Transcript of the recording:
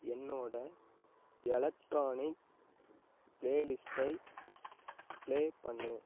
என்னோட எலக்ட்ரானிக் ப்ளேலிஸ்ட்டை ப்ளே பண்ணு